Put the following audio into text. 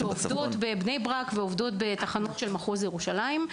--- ומהמגזר החרדי שעובדות בבני ברק ועובדות בתחנות של מחוז ירושלים.